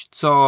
co